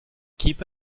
keep